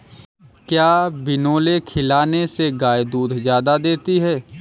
क्या बिनोले खिलाने से गाय दूध ज्यादा देती है?